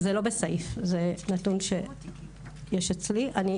זה לא בסעיף, זה נתון שיש אצלי.